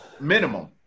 Minimum